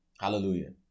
Hallelujah